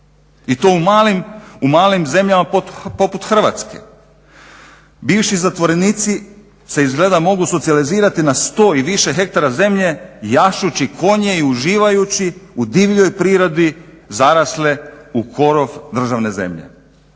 i to u malim zemljama poput Hrvatske. Bivši zatvorenici se izgleda mogu socijalizirati na 100 i više hektara zemlje jašući konje i uživajući u divljoj prirodi zarasle u korov državne zemlje